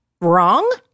wrong